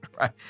right